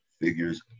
figures